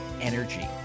energy